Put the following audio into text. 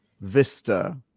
vista